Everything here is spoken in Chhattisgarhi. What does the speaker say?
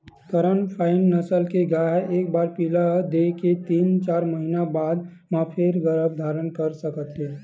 करन फ्राइ नसल के गाय ह एक बार पिला दे के तीन, चार महिना बाद म फेर गरभ धारन कर सकत हे